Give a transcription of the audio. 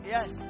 Yes